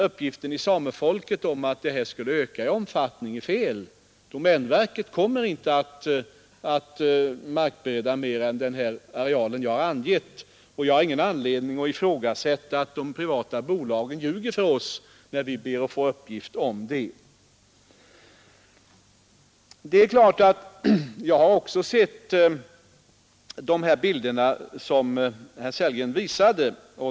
Uppgiften i Samefolket om att metoden skulle tillämpas i ökad omfattning är således felaktig; domänverket kommer inte att markbereda mer än den areal som jag har angivit, och jag har ingen anledning att tro att de privata bolagen ljuger för oss när vi ber dem lämna uppgifter. Också jag har sett de bilder som herr Sellgren visade.